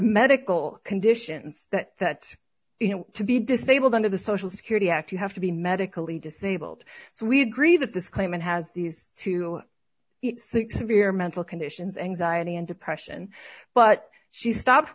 medical conditions that you know to be disabled under the social security act you have to be medically disabled so we agree that this claimant has these two sick severe mental conditions anxiety and depression but she stopped